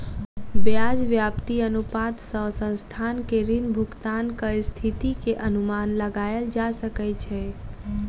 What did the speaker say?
ब्याज व्याप्ति अनुपात सॅ संस्थान के ऋण भुगतानक स्थिति के अनुमान लगायल जा सकै छै